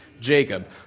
Jacob